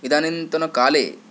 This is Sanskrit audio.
इदानीन्तन काले